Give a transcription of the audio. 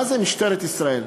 מה זה "משטרת ישראל"?